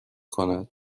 کند